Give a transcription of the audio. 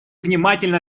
внимательно